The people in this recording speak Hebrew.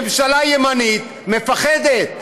ממשלה ימנית מפחדת,